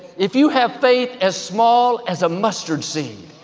if you have faith as small as a mustard seed,